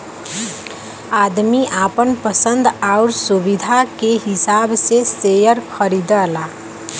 आदमी आपन पसन्द आउर सुविधा के हिसाब से सेअर खरीदला